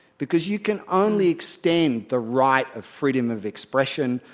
because you can only extend the right of freedom of expression,